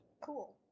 Cool